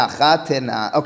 Okay